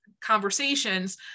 conversations